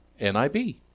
NIB